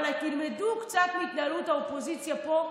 אבל תלמדו קצת מהתנהלות האופוזיציה פה,